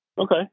Okay